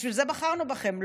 בשביל זה בחרנו בכם,